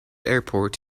airport